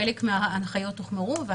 חלק מההנחיות הוחמרו.